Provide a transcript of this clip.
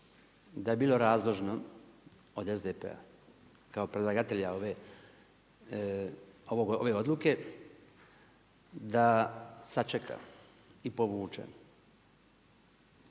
da je bilo razložno od SDP-a kao predlagatelja ove odluke da sačeka i povuče